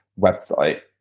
website